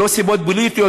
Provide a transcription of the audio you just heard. לא סיבות פוליטיות,